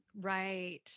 Right